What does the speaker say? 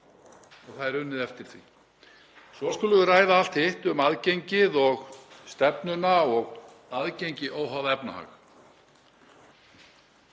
og það er unnið eftir því. Svo skulum við ræða allt hitt, um aðgengið og stefnuna og aðgengi óháð efnahag.